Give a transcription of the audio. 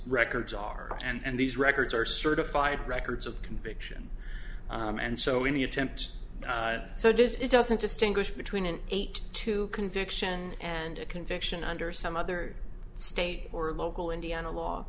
records are and these records are certified records of conviction and so any attempt so does it doesn't distinguish between an eight to conviction and a conviction under some other state or local indiana law